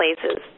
places